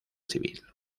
civil